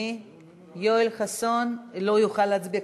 יואל חסון לא יכול היה להצביע,